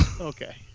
Okay